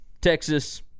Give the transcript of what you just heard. Texas